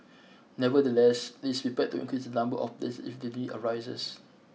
nevertheless it is prepared to increase the number of places if the need arises